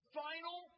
final